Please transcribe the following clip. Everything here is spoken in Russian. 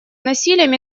насилием